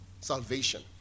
Salvation